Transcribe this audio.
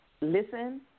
listen